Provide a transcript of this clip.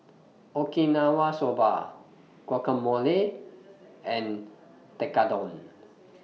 Okinawa Soba Guacamole and Tekkadon